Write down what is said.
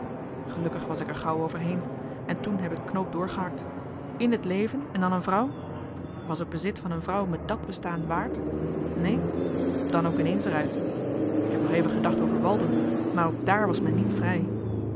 gelukkig was ik er gauw overheen en toen heb ik de knoop doorgehakt in het leven en dan een vrouw was het bezit van een vrouw me dàt bestaan waard nee dan ook in eens er uit ik heb nog even gedacht over walden maar ook daar was men niet vrij